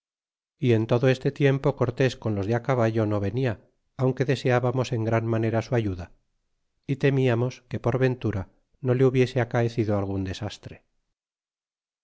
y en todo este tiempo cortés con los de á caballo no venia aunque deseábamos en gran manera su ayuda y temiamos que por ventura no le hubiese acaecido algun desastre